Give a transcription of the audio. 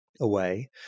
away